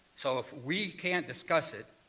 so if we can't discuss it,